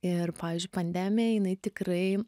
ir pavyzdžiui pandemija jinai tikrai